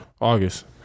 August